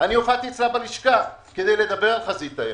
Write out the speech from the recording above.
הופעתי אצלה בלשכה כדי לדבר על חזית הים.